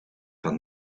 van